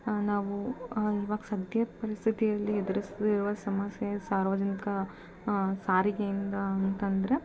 ನಾವು ಇವಾಗ ಸದ್ಯದ ಪರಿಸ್ಥಿತಿಯಲ್ಲಿ ಎದುರಿಸ್ತಿರುವ ಸಮಸ್ಯೆ ಸಾರ್ವಜನಿಕ ಸಾರಿಗೆಯಿಂದ ಅಂತಂದರೆ